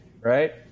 right